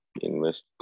Invest